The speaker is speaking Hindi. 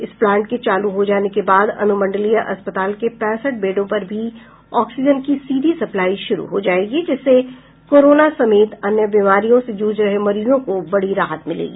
इस प्लांट के चालू हो जाने के बाद अनुमंडलीय अस्पताल के पैंसठ बेडों पर भी ऑक्सीजन की सीधी सप्लाई शुरू हो जायेगी जिससे कोरोना समेत अन्य बीमारियों से जूझ रहे मरीजों को बड़ी राहत मिलेगी